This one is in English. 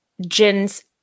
Jin's